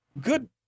good